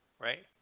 Right